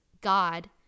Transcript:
God